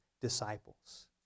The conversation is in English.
disciples